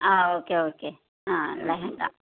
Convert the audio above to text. okay okay lehenga